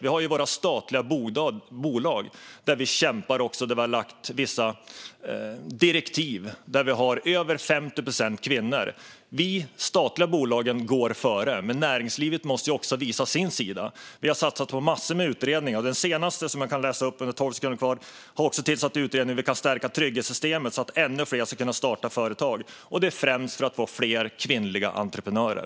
Vi har ju våra statliga bolag, där vi kämpar och där vi har lagt ut vissa direktiv. Där har vi över 50 procent kvinnor. De statliga bolagen går före, men näringslivet måste också göra sitt. Vi har satsat på massor av utredningar och tillsatt en utredning om hur trygghetssystemet kan stärkas så att ännu fler kan starta företag. Detta är främst för att få fler kvinnliga entreprenörer.